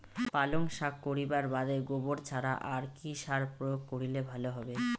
পালং শাক করিবার বাদে গোবর ছাড়া আর কি সার প্রয়োগ করিলে ভালো হবে?